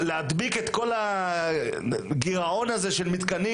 להדביק את כל הגירעון הזה של מתקנים,